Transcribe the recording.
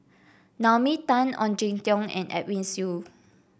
Naomi Tan Ong Jin Teong and Edwin Siew